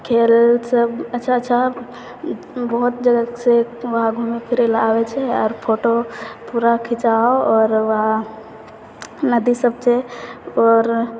खेलसब अच्छा अच्छा बहुत जगह छै वहाँ घुमै फिरैलए आबै छै आओर फोटो पूरा खिँचाउ आओर वहाँ नदीसब छै आओर